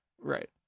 Right